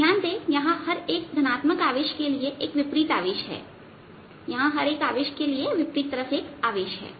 ध्यान दें यहां हर एक धनात्मक आवेश के लिए एक विपरीत आवेश है यहां हर एक आवेश के लिए विपरीत तरफ एक आवेश है